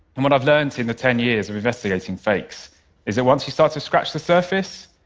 and what i've learned in the ten years of investigating fakes is that once you start to scratch the surface,